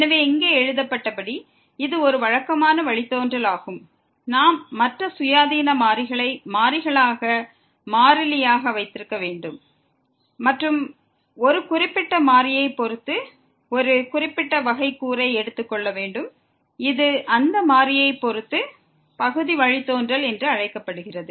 எனவே இங்கே எழுதப்பட்டபடி இது ஒரு வழக்கமான வழித்தோன்றல் ஆகும் நாம் மற்ற சுயாதீன மாறிகளை மாறிகளாக மாறிலியாக வைத்திருக்க வேண்டும் மற்றும் ஒரு குறிப்பிட்ட மாறியைப் பொறுத்து ஒரு குறிப்பிட்ட வகைக்கூறை எடுத்துக் கொள்ள வேண்டும் இது அந்த மாறியைப் பொறுத்து பகுதி வழித்தோன்றல் என்று அழைக்கப்படுகிறது